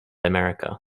america